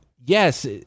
Yes